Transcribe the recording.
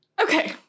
Okay